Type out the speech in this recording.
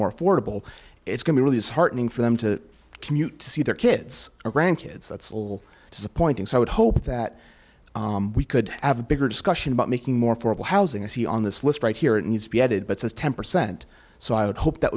more affordable it's going to really is heartening for them to commute to see their kids or grandkids that's a little disappointing so i would hope that we could have a bigger discussion about making more formal housing i see on this list right here it needs to be added but says ten percent so i would hope that